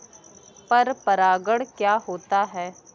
पर परागण क्या होता है?